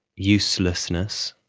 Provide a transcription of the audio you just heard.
uselessness,